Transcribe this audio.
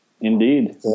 indeed